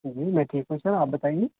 جی میں ٹھیک ہو سر آپ بتائیے